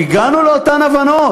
והגענו לאותן הבנות,